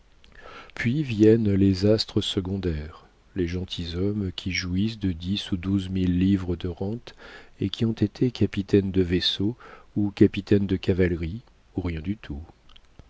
puis viennent les astres secondaires les gentilshommes qui jouissent de dix à douze mille livres de rente et qui ont été capitaines de vaisseau ou capitaines de cavalerie ou rien du tout